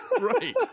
Right